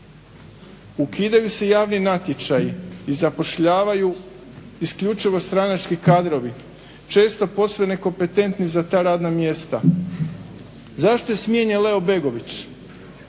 Ukidaju se javni natječaji i zapošljavaju isključivo stranački kadrovi često posve nekompetentni za ta radna mjesta. Zašto je smijenjen Leo Begović?